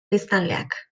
biztanleak